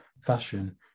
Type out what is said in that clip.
fashion